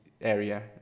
area